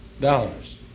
dollars